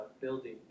building